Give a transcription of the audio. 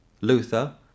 Luther